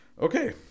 Okay